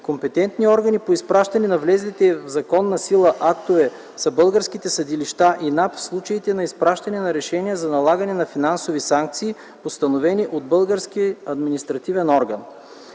Компетентни органи по изпращане на влезлите в законна сила актове са българските съдилища и НАП – в случаите на изпращане на решения за налагане на финансови санкции, установени от български административен орган.